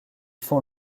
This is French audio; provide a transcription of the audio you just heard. font